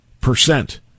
percent